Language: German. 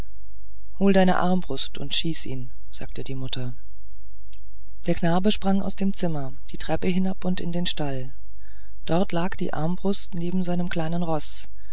hol deine armbrust und schieß ihn sagte die mutter der knabe sprang aus dem zimmer die treppen hinab und in den stall dort lag die armbrust neben seinem kleinen roß